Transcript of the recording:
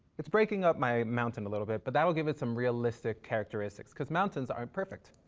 it's breaking up my mountain a little bit, but that'll give it some realistic characteristics cause mountains aren't perfect.